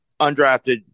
undrafted